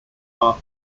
are